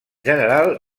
general